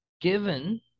Given